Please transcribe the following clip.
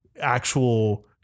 actual